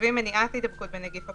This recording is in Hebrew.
כותבים מניעת הידבקות בנגיף הקורונה.